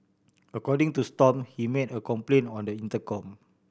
according to Stomp he made a complaint on the intercom